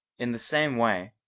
in the same way,